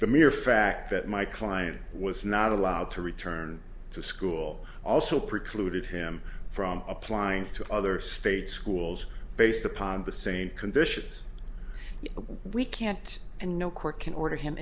the mere fact that my client was not allowed to return to school also precluded him from applying to other state schools based upon the same conditions we can't and no court can order him